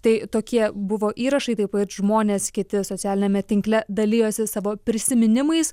tai tokie buvo įrašai taip pat žmonės kiti socialiniame tinkle dalijosi savo prisiminimais